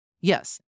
Yes